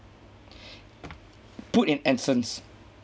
put in essence